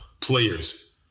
players